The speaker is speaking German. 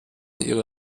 ihre